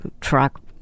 truck